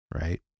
right